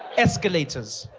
escalators.